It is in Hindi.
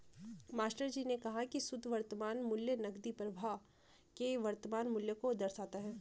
मास्टरजी ने कहा की शुद्ध वर्तमान मूल्य नकदी प्रवाह के वर्तमान मूल्य को दर्शाता है